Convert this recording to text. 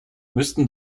müssten